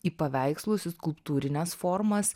į paveikslus į skulptūrines formas